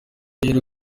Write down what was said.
yari